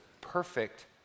perfect